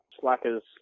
slackers